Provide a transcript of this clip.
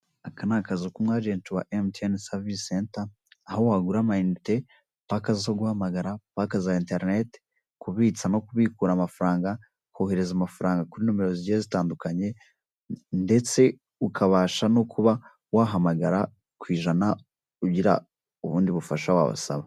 Aka ni akazu k'umu ajenti wa emutiyeni savisi senta, aho wagura amayinite, pake zo guhamagara, pake za enterineti, kubitsa no kubikura amafaranga, kohereza amafaranga kuri nomero zigiye zitandukanye, ndetse ukabasha no kuba wahamagara ku ijana, ugira ubundi bufasha wabasaba.